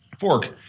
Fork